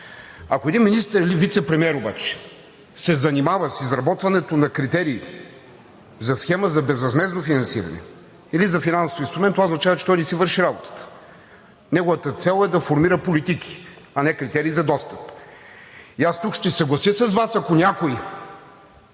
Ако един министър или вицепремиер обаче се занимава с изработването на критерии за схема за безвъзмездно финансиране или за финансов инструмент, това означава, че той не си върши работата. Неговата цел е да формира политики, а не критерии за достъп. Тук ще се съглася с Вас – ако някой